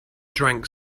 drank